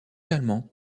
l’allemand